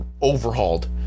overhauled